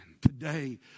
today